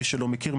מי שלא מכיר,